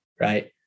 right